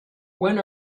when